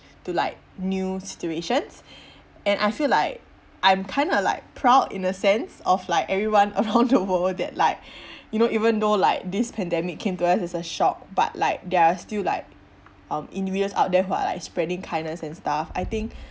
to like new situations and I feel like I'm kinda like proud in a sense of like everyone around the world that like you know even though this pandemic came to us as a shock but like there are still like um individuals out there who are like spreading kindness and stuff I think